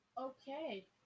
Okay